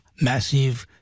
Massive